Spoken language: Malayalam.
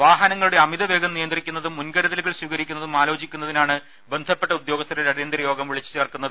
വാഹനങ്ങളുടെ അമിതവേഗം നിയന്ത്രിക്കുന്നതും മുൻ കരുതലുകൾ സ്വീകരിക്കുന്നതും ആലോചിക്കുന്നതിനാണ് ബന്ധപ്പെട്ട ഉദ്യോഗസ്ഥരുടെ ് അടിയന്തിര യോഗം വിളിച്ചു ചേർക്കുന്നത്